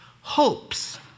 hopes